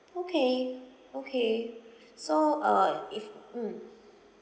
okay okay so uh if mm